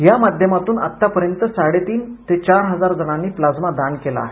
या माध्यमातून आत्तापर्यन्त साडेतीन ते चार हजार जणांनी प्लाझ्मा दान केला आहे